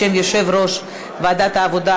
בשם יושב-ראש ועדת העבודה,